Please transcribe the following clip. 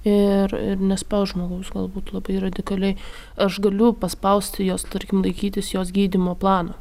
ir ir nespaust žmogaus galbūt labai radikaliai aš galiu paspausti jos tarkim laikytis jos gydymo plano